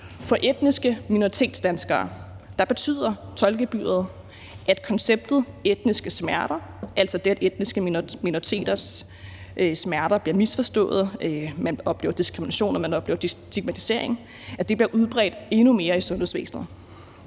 For etniske minoritetsdanskere betyder tolkegebyret, at konceptet etniske smerter, altså det, at etniske minoriteters smerter bliver misforstået, at man oplever diskrimination, og at man oplever stigmatisering, bliver udbredt endnu mere i sundhedsvæsenet.